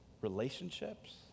relationships